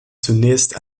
zunächst